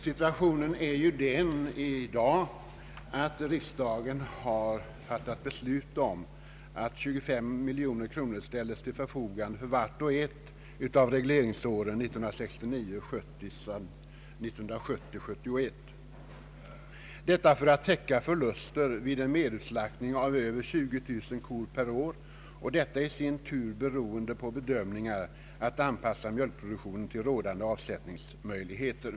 Riksdagen har i dag att fatta beslut om att 25 miljoner kronor ställes till förfogande för vart och ett av regleringsåren 1969 71. Medlen skall användas för att täcka förluster vid en utslaktning av mer än 20000 kor per år. Denna minskning av kostammen med 20000 djur per år baseras i sin tur på bedömningar av hur man skall kunna anpassa mjölkproduktionen till nu rådande avsättningsmöjligheter.